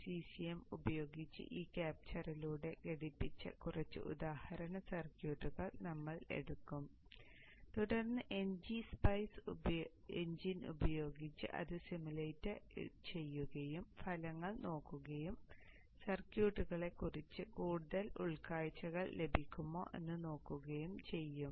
caesium ഉപയോഗിച്ച് ഈ ക്യാപ്ച്ചറിലൂടെ ഘടിപ്പിച്ച കുറച്ച് ഉദാഹരണ സർക്യൂട്ടുകൾ നമ്മൾ എടുക്കും തുടർന്ന് ngSpice എഞ്ചിൻ ഉപയോഗിച്ച് അത് സിമുലേറ്റർ ചെയ്യുകയും ഫലങ്ങൾ നോക്കുകയും സർക്യൂട്ടുകളെ കുറിച്ച് കൂടുതൽ ഉൾക്കാഴ്ചകൾ ലഭിക്കുമോ എന്ന് നോക്കുകയും ചെയ്യും